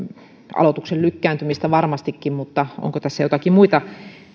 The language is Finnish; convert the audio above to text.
aloituksen lykkääntymistä varmastikin mutta onko tässä joitakin muita